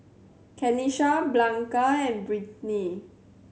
Kenisha Blanca and Brittnay